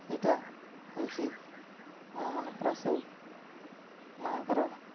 ସେଇଟା ହେଉଛି ଆମ ମନେକର ସବୁ ମାଆ'ଙ୍କର